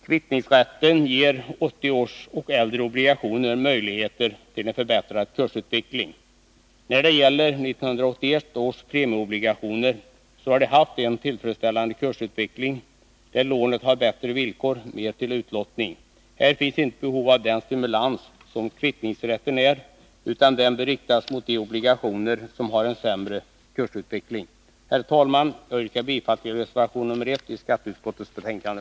Kvittningsrätten ger 1980 års och äldre obligationer möjligheter till en förbättrad kursutveckling. När det gäller 1981 års premieobligationer, så har de haft en tillfredsställande kursutveckling. Det lånet har bättre villkor, mer till utlottning. Här finns inte behov av den stimulans som kvittningsrätten utgör, utan kvittningsrätten bör riktas mot de obligationer som har en sämre kursutveckling. Herr talman! Jag yrkar bifall till reservation nr 1 i skatteutskottets betänkande.